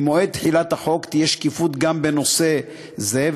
ממועד תחילת החוק תהיה שקיפות גם בנושא זה,